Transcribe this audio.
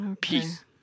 Peace